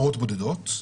עשרות בודדות,